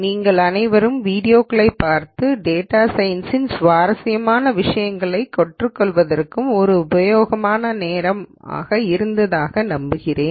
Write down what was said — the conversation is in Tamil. நீங்கள் அனைவரும் வீடியோக்களைப் பார்த்து டேட்டா சயின்ஸ் இன் சுவாரஸ்யமான விஷயங்களைக் கற்றுக்கொள்வதற்கும் ஒரு உபயோகமான நேரம் இருந்ததாக நம்புகிறேன்